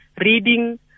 reading